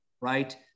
right